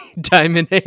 Diamond